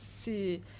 C'est